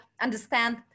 understand